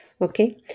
Okay